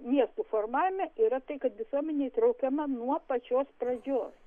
miestų formavime yra tai kad visuomenė įtraukiama nuo pačios pradžios